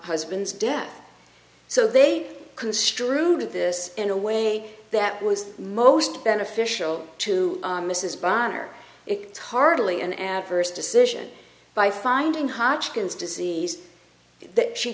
husband's death so they construed this in a way that was most beneficial to mrs bronner it's hardly an adverse decision by finding hodgkin's disease that she